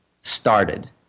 started